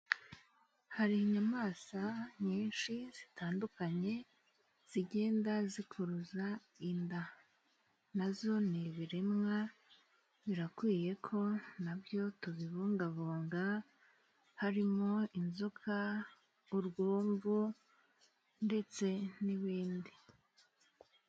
Hari inyamaswa nyinshi zitandukanye zigenda zikuruza inda. Na zo ni ibiremwa birakwiye ko na byo tubibungabunga, harimo inzoka ,urwumvu, ndetse n'izindi.